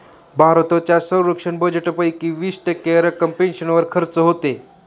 भारताच्या संरक्षण बजेटपैकी वीस टक्के रक्कम पेन्शनवर खर्च होते